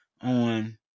on